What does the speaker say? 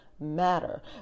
matter